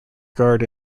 guard